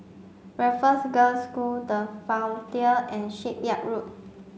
Raffles Girls' School The Frontier and Shipyard Road